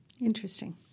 Interesting